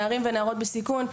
נערים ונערות בסיכון,